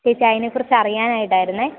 ചേച്ചി അതിനെ കുറിച്ച് അറിയാനായിട്ടായിരുന്നേ